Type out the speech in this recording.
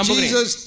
Jesus